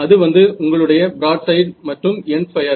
அது வந்து உங்களுடைய பிராட் சைட் மற்றும் எண்ட் பயர்